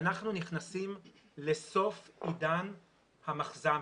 אנחנו נכנסים לסוף עידן המחז"מים,